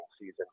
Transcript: season